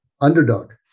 Underdog